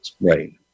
right